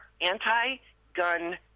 anti-gun